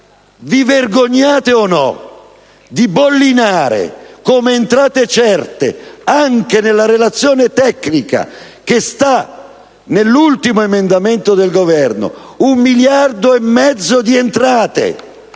vi vergognate o no di bollinare come entrate certe anche nella relazione tecnica che sta nell'ultimo emendamento del Governo un miliardo e mezzo di entrate